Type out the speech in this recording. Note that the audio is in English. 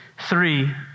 Three